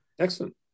Excellent